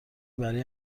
برای